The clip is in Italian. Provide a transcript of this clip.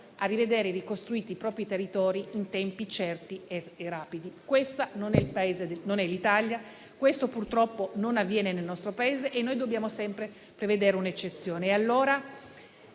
a vedere ricostruiti i propri territori in tempi certi e rapidi. Questo Paese non è l'Italia. Questo purtroppo non avviene nel nostro Paese e dobbiamo sempre prevedere un'eccezione.